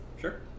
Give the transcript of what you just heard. Sure